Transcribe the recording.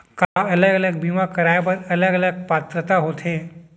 का अलग अलग बीमा कराय बर अलग अलग पात्रता होथे?